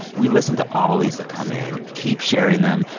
we listen to all of these that come in. keep sharing them.